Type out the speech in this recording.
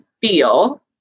feel